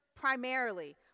primarily